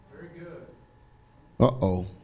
Uh-oh